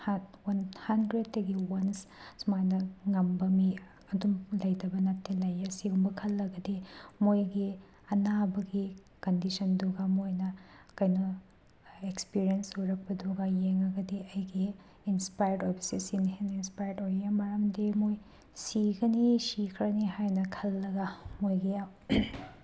one ꯍꯟꯗ꯭ꯔꯦꯠꯁꯇꯒꯤ ꯋꯥꯟꯁ ꯁꯨꯃꯥꯏꯅ ꯉꯝꯕ ꯃꯤ ꯑꯗꯨꯝ ꯂꯩꯇꯕ ꯅꯠꯇꯦ ꯂꯩꯌꯦ ꯑꯁꯤꯒꯨꯝꯕ ꯈꯜꯂꯒꯗꯤ ꯃꯣꯏꯒꯤ ꯑꯅꯥꯕꯒꯤ ꯀꯟꯗꯤꯁꯟꯗꯨꯒ ꯃꯣꯏꯅ ꯀꯩꯅꯣ ꯑꯦꯛꯁꯄꯤꯔꯤꯌꯦꯟꯁ ꯑꯣꯏꯔꯛꯄꯗꯨꯒ ꯌꯦꯡꯉꯒꯗꯤ ꯑꯩꯒꯤ ꯏꯟꯁꯄꯌꯥꯔꯠ ꯑꯣꯏꯕꯁꯦ ꯁꯤꯅꯤ ꯍꯦꯟꯅ ꯏꯟꯁꯄꯌꯔꯠ ꯑꯣꯏꯌꯦ ꯃꯔꯝꯗꯤ ꯃꯣꯏ ꯁꯤꯒꯅꯤ ꯁꯤꯈ꯭ꯔꯅꯤ ꯍꯥꯏꯅ ꯈꯜꯂꯒ ꯃꯣꯏꯒꯤ